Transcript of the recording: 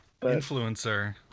Influencer